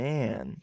Man